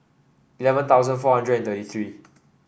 eleven thousand four hundred and thirty three